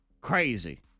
Crazy